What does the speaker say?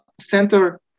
center